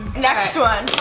next one,